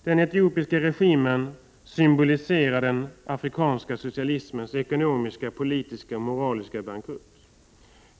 Den etiopiska regimen symboliserar den afrikanska socialismens ekonomiska, politiska och moraliska bankrutt.